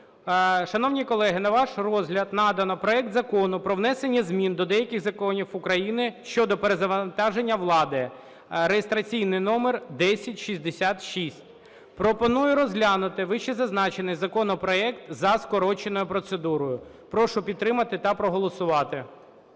Шановні колеги, на ваш розгляд надано проект Закону про внесення змін до деяких законів України щодо перезавантаження влади (реєстраційний номер 1066). Пропоную розглянути вищезазначений законопроект за скороченою процедурою. Прошу підтримати та проголосувати.